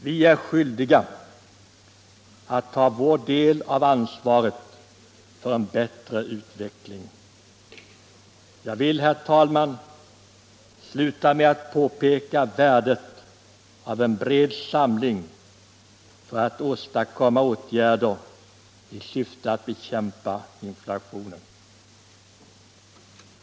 Vi är skyldiga att ta vår del av ansvaret för en bättre utveckling. Jag vill, herr talman, sluta med att påpeka värdet av en bred samling för att åstadkomma åtgärder i syfte att bekämpa inflationen.